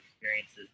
experiences